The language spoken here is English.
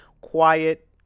Quiet